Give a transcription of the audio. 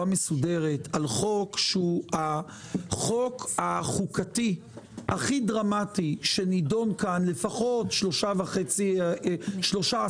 מסודרת על חוק שהוא החוק החוקתי הכי דרמטי שנדון כאן לפחות שלושה עשורים.